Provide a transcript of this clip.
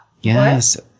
yes